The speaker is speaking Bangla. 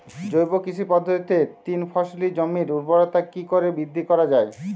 জৈব কৃষি পদ্ধতিতে তিন ফসলী জমির ঊর্বরতা কি করে বৃদ্ধি করা য়ায়?